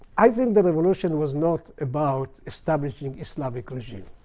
i think the revolution was not about establishing islamic regime.